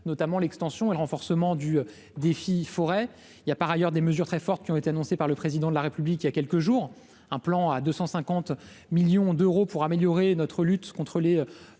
notamment l'extension et le renforcement du défi forêt, il a par ailleurs des mesures très fortes qui ont été annoncées par le président de la République, il y a quelques jours un plan à 250 millions d'euros pour améliorer notre lutte contre les